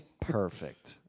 Perfect